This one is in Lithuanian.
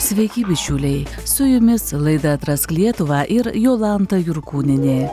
sveiki bičiuliai su jumis laida atrask lietuvą ir jolanta jurkūnienė